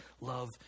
love